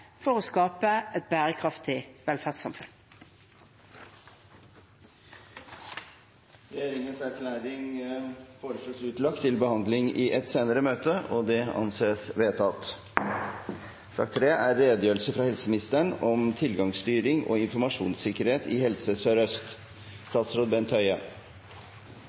for å skape et bærekraftig velferdssamfunn. Regjeringens erklæring foreslås utlagt for behandling i et senere møte. – Det anses vedtatt. Det er